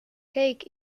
cake